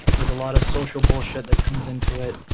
there's a lot of social bullshit that comes into it